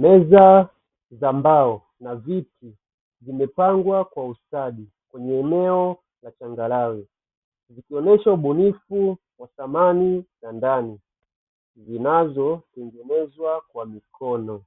Meza za mbao na viti vimepangwa kwa ustadi kwenye eneo la changarawe, zikionesha ubunifu wa samani za ndani, zinazotengenezwa kwa mikono.